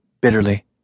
bitterly